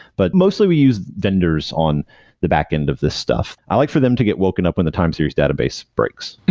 but mostly we use vendors on the back end of this stuff. i like for them to get woken up when the time series database breaks